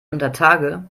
untertage